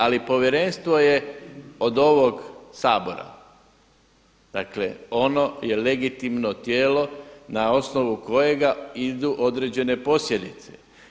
Ali povjerenstvo je od ovog Sabora, dakle ono je legitimno tijelo na osnovu kojega idu određene posljedice.